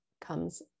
comes